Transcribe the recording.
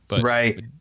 Right